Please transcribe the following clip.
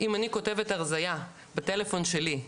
אם אני כותבת "הרזייה" בטלפון שלי,